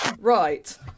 right